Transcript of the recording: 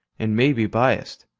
and may be biased.